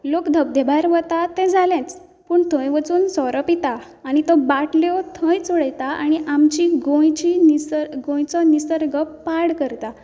लोक धबधब्यार वतात तें जालेंच पूण थंय वचून सोरो पितात आनी त्यो बाटल्यो थंयच उडयतात आनी आमची गोंयचो निसर्ग गोंयचो निसर्ग पाड करतात